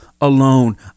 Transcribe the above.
alone